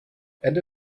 and